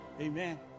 Amen